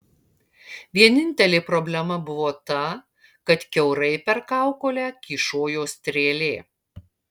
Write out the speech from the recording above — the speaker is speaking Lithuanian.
vienintelė problema buvo ta kad kiaurai per kaukolę kyšojo strėlė